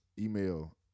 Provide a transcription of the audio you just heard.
Email